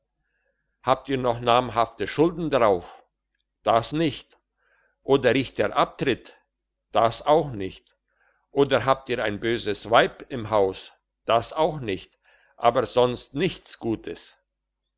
habt ihr noch namhafte schulden darauf das nicht oder riecht der abtritt das auch nicht oder habt ihr ein böses weib im haus das auch nicht aber sonst nichts gutes